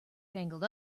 tangled